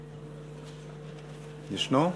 ישנו?